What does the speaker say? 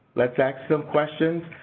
let's ask some questions,